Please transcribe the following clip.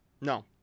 No